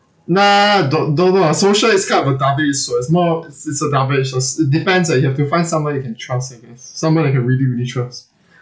nah don't don't know ah social is kind of a garbage so is more is is a rubbish it depends ah you have to find someone you can trust I guess someone you can really really trust